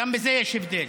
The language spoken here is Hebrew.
גם בזה יש הבדל.